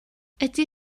ydy